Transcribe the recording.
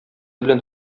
белән